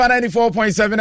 94.7